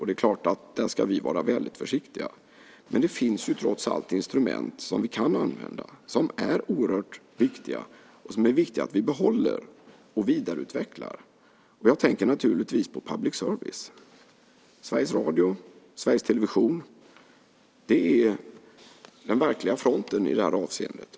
Det är klart att vi där ska vara väldigt försiktiga. Det finns trots allt instrument som vi kan använda, som är oerhört viktiga och som är viktiga att behålla och vidareutveckla. Jag tänker naturligtvis på public service, Sveriges Radio och Sveriges Television. Det är den verkliga fronten i det här avseendet.